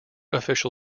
official